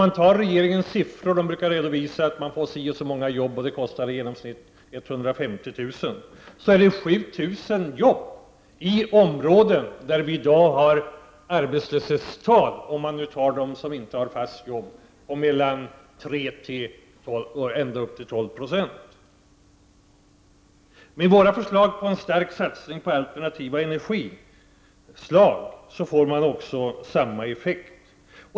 innebär vårt förslag om att förstärka de regionalpolitiska anslagen för landsbygdsutveckling med ca 1 miljard kronor att det skapas ungefär 7 000 nya jobb i områden där vi i dag har höga arbetslöshetstal på mellan 3 och ända upp till 12 96, om man räknar dem som inte har fast jobb. Våra förslag om satsningar på alternativa energislag ger samma effekt.